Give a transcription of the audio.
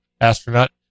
astronaut